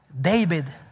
David